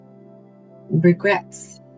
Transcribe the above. regrets